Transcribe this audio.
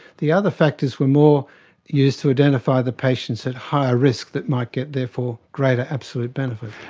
the other factors were more used to identify the patients at higher risk that might get therefore greater absolute benefit.